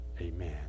amen